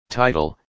title